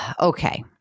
Okay